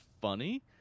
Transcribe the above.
funny